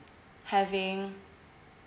having